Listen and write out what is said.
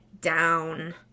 down